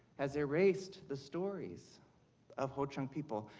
has erased the stories of ho-chunk people.